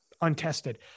untested